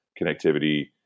connectivity